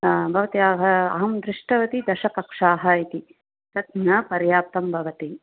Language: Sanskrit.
भवत्याः अहं दृष्टवती दशकक्षाः इति तत् न पर्याप्तं भवति